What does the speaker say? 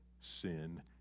sin